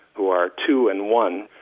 who are two and one,